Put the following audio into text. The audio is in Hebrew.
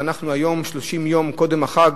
ואנחנו היום 30 יום קודם החג,